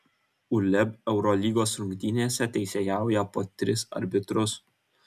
uleb eurolygos rungtynėse teisėjauja po tris arbitrus